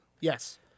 Yes